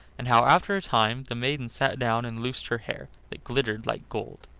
and how after a time the maiden sat down and loosed her hair, that glittered like gold,